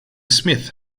smith